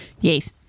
Yes